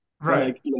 Right